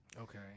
Okay